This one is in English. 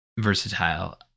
versatile